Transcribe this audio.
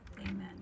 Amen